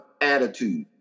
attitude